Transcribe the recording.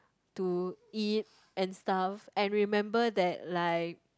to eat and stuff and remember that like